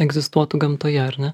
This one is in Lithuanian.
egzistuotų gamtoje ar ne